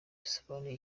yasobanuye